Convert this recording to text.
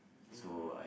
ya